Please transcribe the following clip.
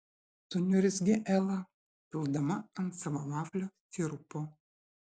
suniurzgė ela pildama ant savo vaflio sirupo